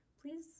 please